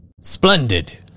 Splendid